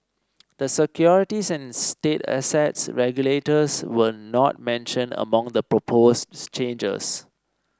the securities and state assets regulators were not mentioned among the proposed changes